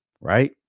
Right